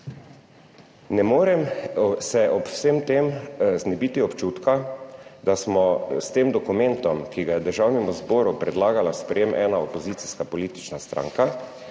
Ne morem se ob vsem tem znebiti občutka, da smo s tem dokumentom, ki ga je Državnemu zboru predlagala v sprejem ena opozicijska politična stranka,